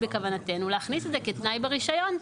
בכוונתנו ממש להכניס את זה כתנאי ברישיון,